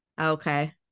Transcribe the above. Okay